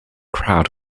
crowd